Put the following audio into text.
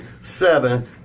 seven